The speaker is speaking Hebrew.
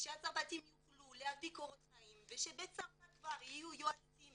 שהצרפתים יוכלו להביא קורות חיים ושבצרפת כבר יהיו יועצים